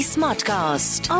Smartcast